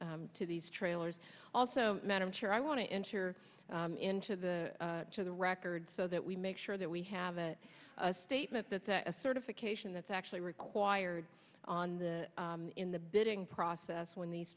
to these trailers also men i'm sure i want to enter into the to the record so that we make sure that we have a statement that a certification that's actually required on the in the bidding process when these